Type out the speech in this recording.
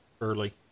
early